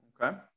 Okay